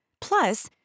Plus